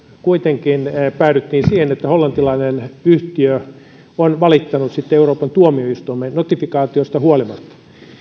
kuitenkin päädyttiin siihen että hollantilainen yhtiö on valittanut sitten euroopan unionin tuomioistuimeen notifikaatiosta huolimatta